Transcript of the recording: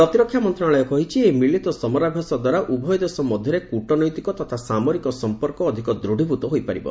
ପ୍ରତିରକ୍ଷା ମନ୍ତ୍ରଣାଳୟ କହିଛି ଏହି ମିଳିତ ସମରାଭ୍ୟାସ ଦ୍ୱାରା ଉଭୟ ଦେଶ ମଧ୍ୟରେ କ୍ରଟନୈତିକ ତଥା ସାମରିକ ସମ୍ପର୍କ ଅଧିକ ଦୂଢୀଭୂତ ହୋଇପାରିବ